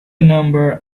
number